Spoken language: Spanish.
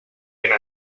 viene